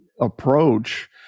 approach